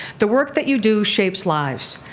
the work that you do shapes lives.